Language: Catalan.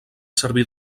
servir